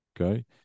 okay